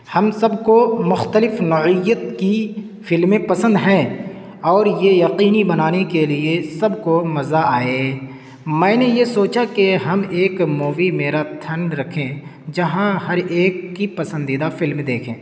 ہم سب کو مختلف نوعیت کی فلمیں پسند ہیں اور یہ یقینی بنانے کے لیے سب کو مزہ آئے میں نے یہ سوچا کہ ہم ایک مووی میراتھن رکھیں جہاں ہر ایک کی پسندیدہ فلم دیکھیں